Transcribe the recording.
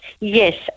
yes